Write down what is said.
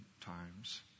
times